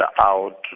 out